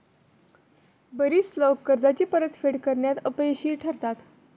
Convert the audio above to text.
बरीच लोकं कर्जाची परतफेड करण्यात अपयशी ठरतात